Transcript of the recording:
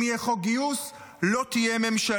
אם יהיה חוק גיוס לא תהיה ממשלה.